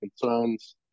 concerns